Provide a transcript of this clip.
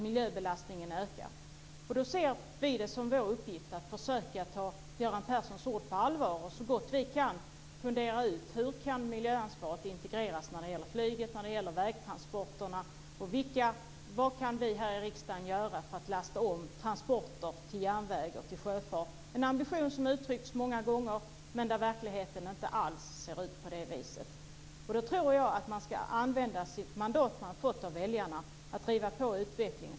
Miljöbelastningen ökar. Då ser vi det som vår uppgift att försöka ta Göran Perssons ord på allvar och så gott vi kan fundera ut hur miljöansvaret kan integreras när det gäller flyget och när det gäller vägtransporterna. Vad kan vi här i riksdagen göra för att lasta om transporter till järnväg och sjöfart? Det är en ambition som uttryckts många gånger, men verkligheten ser inte alls ut på det viset. Jag tror att man ska använda det mandat man har fått av väljarna att driva på utvecklingen.